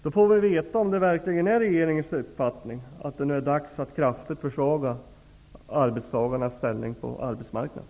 Då får vi veta om det verkligen är regeringens uppfattning att det nu är dags att kraftigt försvaga arbetstagarnas ställning på arbetsmarknaden.